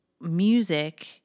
music